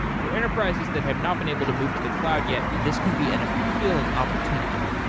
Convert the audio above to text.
for enterprises that have not been able to move to the cloud yet, this can be an appealing opportunity.